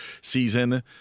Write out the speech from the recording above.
season